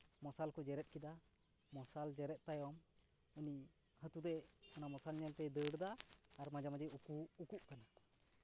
ᱢᱚᱥᱟᱞ ᱠᱚ ᱡᱮᱨᱮᱫ ᱠᱮᱫᱟ ᱢᱚᱥᱟᱞ ᱡᱮᱨᱮᱫ ᱛᱟᱭᱚᱢ ᱩᱱᱤ ᱦᱟᱹᱛᱤ ᱫᱚᱭ ᱚᱱᱟ ᱢᱚᱥᱟᱞ ᱧᱮᱞ ᱛᱮᱭ ᱫᱟᱹᱲ ᱫᱟ ᱟᱨ ᱢᱟᱡᱷᱮ ᱢᱟᱡᱷᱮᱭ ᱩᱠᱩᱜ ᱠᱟᱱᱟ